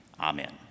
amen